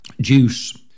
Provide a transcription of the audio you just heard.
juice